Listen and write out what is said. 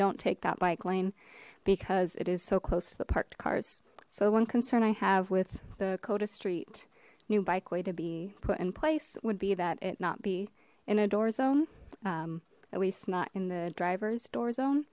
don't take that like lane because it is so close to the parked cars so one concern i have with the coda street new bike way to be put in place would be that it not be in a door zone at least not in the driver's door zone